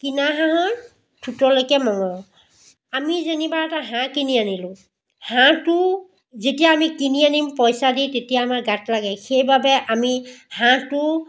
কিনা হাঁহৰ ঠোঁটলৈকে মঙহ আমি যেনিবা এটা হাঁহ কিনি আনিলোঁ হাঁহটো যেতিয়া আমি কিনি আনিম পইচা দি তেতিয়া আমাৰ গাত লাগে সেইবাবে আমি হাঁহটো